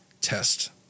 test